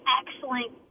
excellent